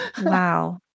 Wow